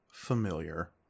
Familiar